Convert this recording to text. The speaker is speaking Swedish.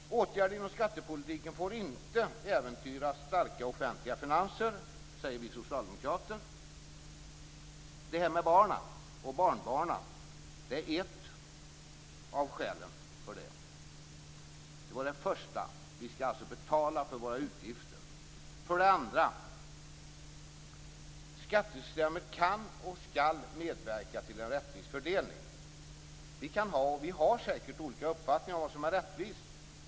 Åtgärder inom skattepolitiken får inte äventyra starka offentliga finanser, säger vi socialdemokrater. Det här med barn och barnbarn är ett av skälen för det. Det första var alltså att vi skall betala för våra utgifter. Det andra är att skattesystemet kan och skall medverka till en rättvis fördelning. Vi kan och har säkert olika uppfattningar om vad som är rättvis.